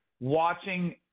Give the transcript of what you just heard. Watching